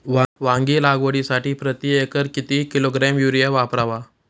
वांगी लागवडीसाठी प्रती एकर किती किलोग्रॅम युरिया वापरावा?